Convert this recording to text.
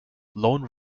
lone